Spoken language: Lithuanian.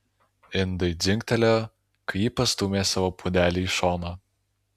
indai dzingtelėjo kai ji pastūmė savo puodelį į šoną